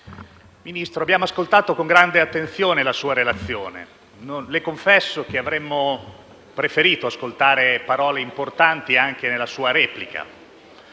colleghi, abbiamo ascoltato con grande attenzione la sua relazione e le confesso che avremmo preferito ascoltare parole importanti anche nella sua replica.